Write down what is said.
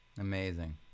Amazing